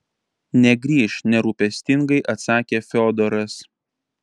negrįš nerūpestingai atsakė fiodoras